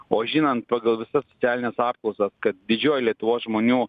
o žinant pagal visas socialines apklausas kad didžioji lietuvos žmonių